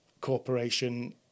corporation